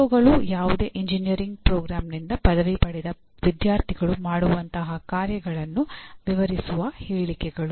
ಪಿಒಗಳು ಯಾವುದೇ ಎಂಜಿನಿಯರಿಂಗ್ ಪ್ರೋಗ್ರಾಂನಿಂದ ಪದವಿ ಪಡೆದ ವಿದ್ಯಾರ್ಥಿಗಳು ಮಾಡುವಂತಹ ಕಾರ್ಯಗಳನ್ನು ವಿವರಿಸುವ ಹೇಳಿಕೆಗಳು